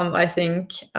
um i think